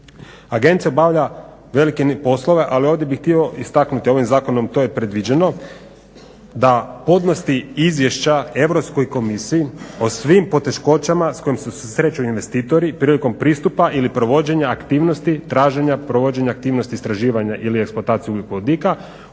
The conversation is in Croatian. Agencija obavlja velike poslove, ali ovdje bih htio istaknuti ovim zakonom to je predviđeno da podnosi izvješća Europskoj komisiji o svim poteškoćama s kojima se susreću investitori prilikom pristupa ili provođenja aktivnosti, traženja, provođenja aktivnosti istraživanja ili eksploatacije ugljikovodika